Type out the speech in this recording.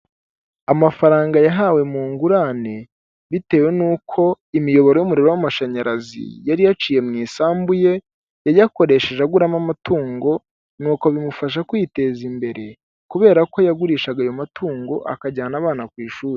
Amafaranga yahawe mu ngurane bitewe n'uko imiyoboro y'umuriro w'amashanyarazi yari yaciye mu isambu ye yayakoresheje aguramo amatungo nuko bimufasha kwiteza imbere kubera ko yagurishagayo matungo akajyana abana ku ishuri.